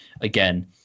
again